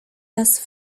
nas